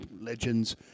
legends